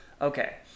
Okay